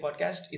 Podcast